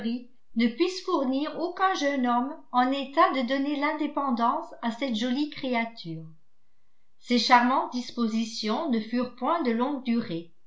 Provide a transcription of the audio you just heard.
ne puisse fournir aucun jeune homme en état de donner l'indépendance à cette jolie créature ces charmantes dispositions ne furent point de longue durée